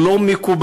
וזה לא מקובל,